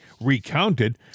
recounted